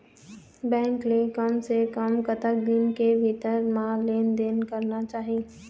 Bank ले कम से कम कतक दिन के भीतर मा लेन देन करना चाही?